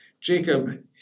Jacob